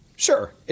Sure